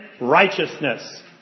righteousness